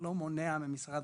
לא מונעת ממשרד